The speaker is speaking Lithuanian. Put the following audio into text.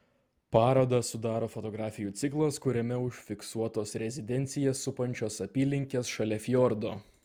parodą sudaro fotografijų ciklas kuriame užfiksuotos rezidenciją supančios apylinkės šalia fjordo